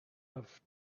have